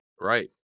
right